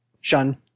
Shun